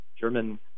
German